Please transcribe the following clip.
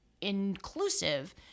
inclusive